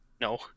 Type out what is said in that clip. No